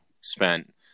spent